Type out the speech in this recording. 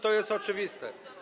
To jest oczywiste.